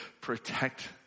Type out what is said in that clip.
protect